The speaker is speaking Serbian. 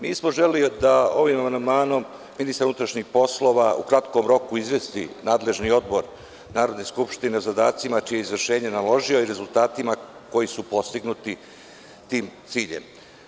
Mi smo želeli da ovim amandmanom ministar unutrašnjih poslova u kratkom roku izvesti nadležni odbor Narodne skupštine o zadacima čije je izvršenje naložio i rezultatima koji su postignuti tim ciljem.